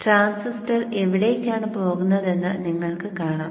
transistor എവിടേക്കാണ് പോകുന്നതെന്ന് നിങ്ങൾക്കു കാണാം